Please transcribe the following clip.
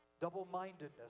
double-mindedness